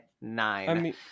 nine